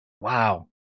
Wow